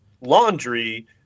laundry